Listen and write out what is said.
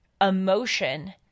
emotion